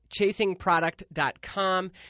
ChasingProduct.com